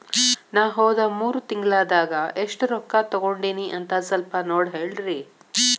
ನಾ ಹೋದ ಮೂರು ತಿಂಗಳದಾಗ ಎಷ್ಟು ರೊಕ್ಕಾ ತಕ್ಕೊಂಡೇನಿ ಅಂತ ಸಲ್ಪ ನೋಡ ಹೇಳ್ರಿ